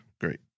great